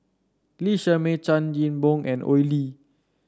Lee Shermay Chan Chin Bock and Oi Lin